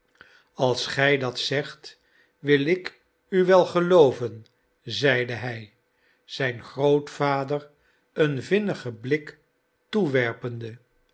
als gij dat zegt wil ik u wel gelooven zeide hij zijn grootvader een vinnigen blik toewerpende